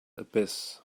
abyss